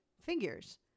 figures